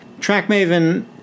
TrackMaven